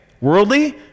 Worldly